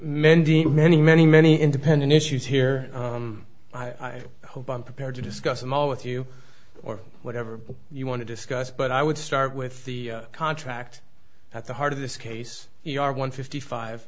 many many many many independent issues here i hope i'm prepared to discuss them all with you or whatever you want to discuss but i would start with the contract at the heart of this case you are one fifty five